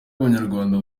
abanyarwanda